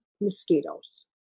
mosquitoes